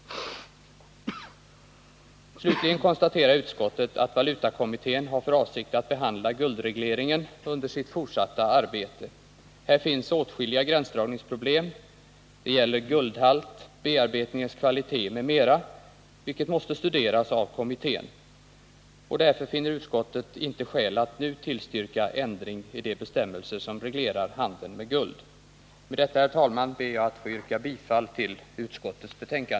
Slutligen konstaterar utskottet att valutakommittén har för avsikt att behandla guldregleringen under sitt fortsatta arbete. Där finns åtskilliga gränsdragningsproblem — de kan gälla guldhalt. bearbetningens kvalitet m.m. — som måste studeras av kommittén. Därför finner utskottet inte skäl att nu tillstyrka ändring av de bestämmelser som reglerar handeln med guld. Med detta, herr talman, ber jag att få yrka bifall till utskottets hemställan.